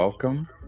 Welcome